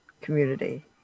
community